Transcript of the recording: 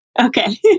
Okay